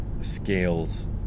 scales